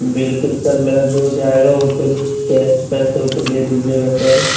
بالکل سر میرا جو جائے گا وہ تو پیسے اُسے دے دیجیے گا سر